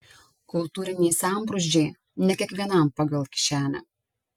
kultūriniai sambrūzdžiai ne kiekvienam pagal kišenę